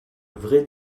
vraie